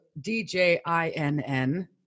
d-j-i-n-n